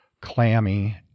clammy